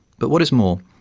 but what is more,